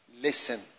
listen